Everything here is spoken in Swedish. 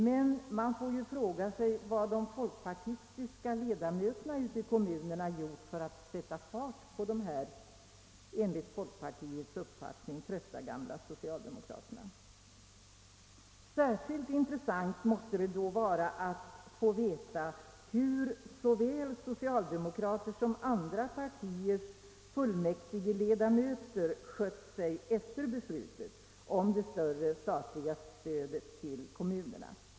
Men man får ju fråga sig, vad de folkpartistiska ledamöterna i dessa kommuner gjort för att sätta fart på dessa enligt folkpartiets uppfattning gamla trötta socialdemokrater. Särskilt intressant måste det vara att få veta, hur såväl socialdemokrater som andra partiers fullmäktigeledamöter skött sig efter beslutet om det större statliga stödet till kommunerna.